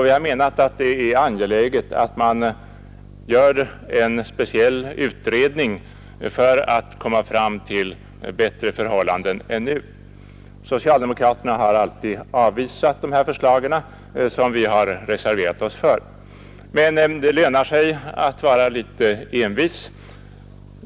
Vi har menat att det är angeläget med en speciell utredning för att komma fram till bättre förhållanden än vad vi nu har. Men socialdemokraterna har alltid avvisat förslagen, som vi har reserverat oss för. Det lönar sig dock att vara litet envis.